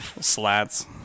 slats